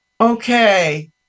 Okay